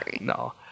No